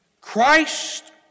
Christ